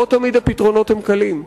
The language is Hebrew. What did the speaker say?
לא תמיד הפתרונות קלים,